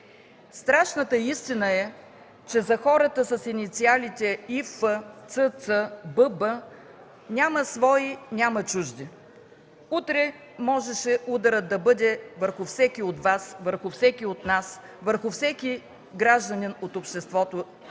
Страшната истина е, че за хората с инициалите И.Ф, Ц.Ц., Б.Б. няма свои, няма чужди. Утре можеше ударът да бъде върху всеки от Вас, върху всеки от нас, върху всеки гражданин от обществото,